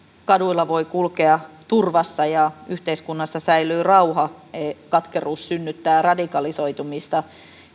kaduilla voi kulkea turvassa ja yhteiskunnassa säilyy rauha katkeruus synnyttää radikalisoitumista